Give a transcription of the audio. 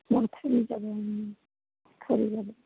মোৰ খুৰী যাব খুৰী যাব